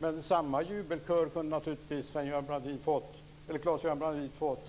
Men samma jubelkör kunde naturligtvis Claes-Göran Brandin ha fått